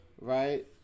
right